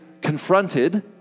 confronted